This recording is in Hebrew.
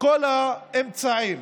כל האמצעים.